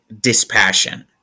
dispassion